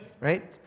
Right